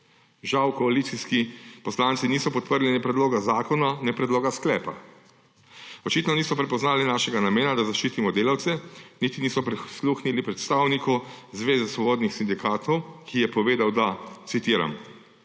Žal koalicijski poslanci niso podprli ne predloga zakona ne predloga sklepa. Očitno niso prepoznali našega namena, da zaščitimo delavce, niti niso prisluhnili predstavniku Zveze svobodnih sindikatov, ki je povedal, da, citiram,